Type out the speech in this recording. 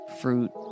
fruit